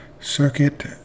Circuit